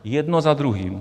Jedno za druhým.